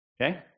Okay